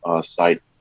site